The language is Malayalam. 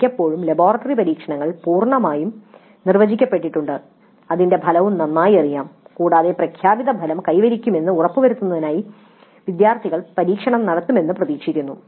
മിക്കപ്പോഴും ലബോറട്ടറി പരീക്ഷണങ്ങൾ പൂർണ്ണമായും നിർവചിക്കപ്പെട്ടിട്ടുണ്ട് അതിന്റെ ഫലവും നന്നായി അറിയാം കൂടാതെ പ്രഖ്യാപിത ഫലം കൈവരിക്കുമെന്ന് ഉറപ്പുവരുത്തുന്നതിനായി വിദ്യാർത്ഥികൾ പരീക്ഷണം നടത്തുമെന്ന് പ്രതീക്ഷിക്കുന്നു